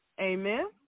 Amen